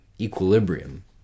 equilibrium